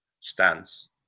stance